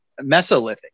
mesolithic